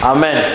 Amen